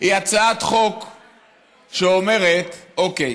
היא הצעת חוק שאומרת: אוקיי,